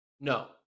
No